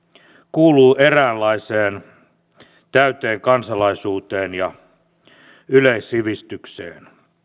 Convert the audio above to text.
kuuluu eräänlaiseen täyteen kansalaisuuteen ja yleissivistykseen